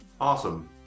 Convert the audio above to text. Awesome